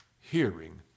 Hearing